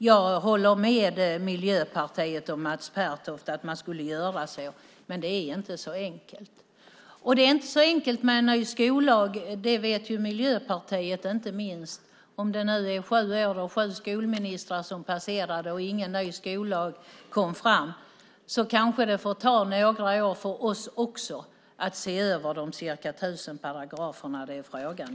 Jag håller med Miljöpartiet och Mats Pertoft om att man skulle göra så, men det är inte så enkelt. Det är inte heller så enkelt med en ny skollag. Det vet inte minst Miljöpartiet. Sju skolministrar har passerat, och ingen ny skollag har kommit fram. Det kanske får ta några år för oss också att se över de ca 1 000 paragrafer det är fråga om.